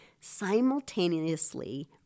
simultaneously